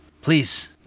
Please